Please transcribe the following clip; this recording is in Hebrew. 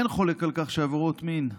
אין חולק על כך שעבירות מין,